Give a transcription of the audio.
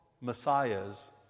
Messiahs